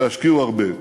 והַשקיעו הרבה.